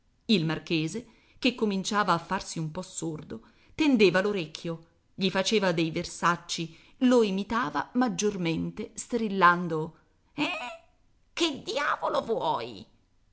il marchese che cominciava a farsi un po sordo tendeva l'orecchio gli faceva dei versacci lo intimidiva maggiormente strillando eh che diavolo vuoi